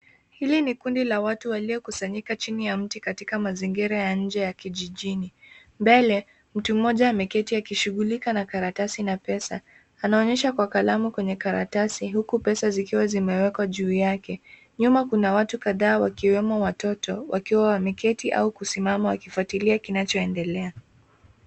Hili ni kundi la watu waliokusanyika chini ya mti katika mazingira ya nje ya kijijini. Mbele mtu mmoja ameketi akishughulika na karatasi na pesa. Anaonyesha kwa kalamu kwenye karatasi uku pesa zikiwa zimewekwa juu yake. Nyuma kuna watu kadhaa wakiwemo watoto wakiwa wameketi au kusimama wakifuatilia kinachoendelea.